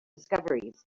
discoveries